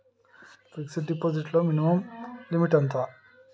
Fixed deposit లో minimum limit ఎంత?